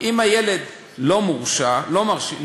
את הילד לא מרשיעים,